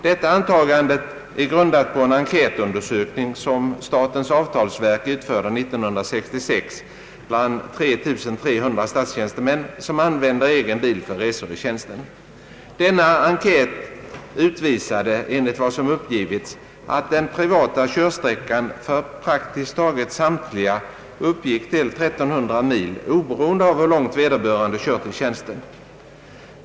Detta antagande är grundat på en enkätundersökning, som statens avtalsverk utförde år 1966 bland 3300 statstjänstemän som använder egen bil för resor i tjänsten. Denna enkät utvisade enligt vad som uppgivits att den privata körsträckan för praktiskt taget samtliga uppgick till 1300 mil oberoende av hur långt vederbörande kört i tjänsten.